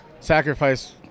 sacrifice